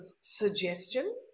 suggestion